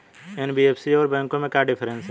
NBFC और बैंकों में क्या डिफरेंस है?